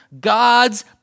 God's